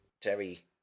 Terry